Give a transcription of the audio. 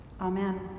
amen